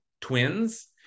twins